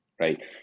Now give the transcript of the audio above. Right